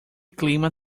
clima